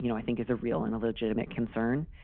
you know i think is a real and a legitimate concern.